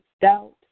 doubt